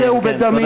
הנושא הזה הוא בדמי,